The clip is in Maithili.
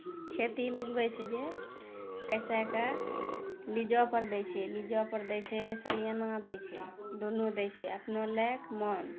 खेती लगबै छै जे कैसेके लीजोपर दैछै लीजोपर दैछै सालाना दैछै दुन्नू दैछै अपनो लैक मन